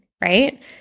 right